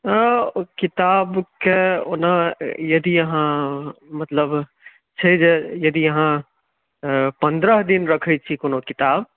ओ किताबके ओना यदि अहाँ मतलब छै जे यदि अहाँ पन्द्रह दिन रखैत छियै कोनो किताब